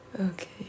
Okay